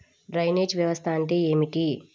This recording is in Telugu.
డ్రైనేజ్ వ్యవస్థ అంటే ఏమిటి?